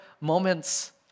moments